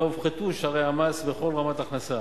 הופחתו שיעורי המס בכל רמת הכנסה,